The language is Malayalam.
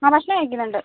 ആ ഭക്ഷണം കഴിക്കുന്നുണ്ട്